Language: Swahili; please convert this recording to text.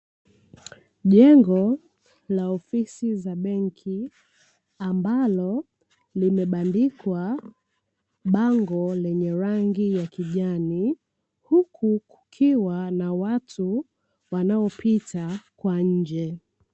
Jengo la ofisi za benki, ambalo limebandikwa bango lenye rangi ya kijani, huku kukiwa na watu wanaopita kwa nje.